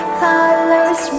colors